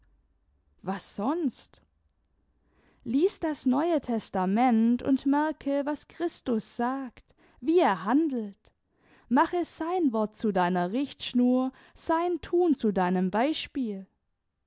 was sonst lies das neue testament und merke was christus sagt wie er handelt mache sein wort zu deiner richtschnur sein thun zu deinem beispiel